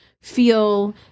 feel